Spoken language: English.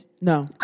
No